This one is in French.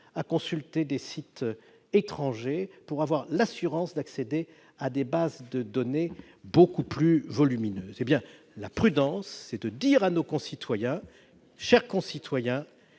à consulter des sites étrangers pour avoir l'assurance d'accéder à des bases de données beaucoup plus volumineuses. La prudence, c'est de dire à nos concitoyens :« Chers concitoyens,